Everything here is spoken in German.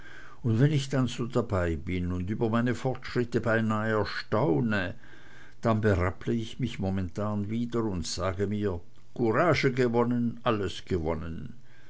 und wenn ich dann so dabei bin und über meine fortschritte beinah erstaune dann berapple ich mich momentan wieder und sage mir courage gewonnen alles gewonnen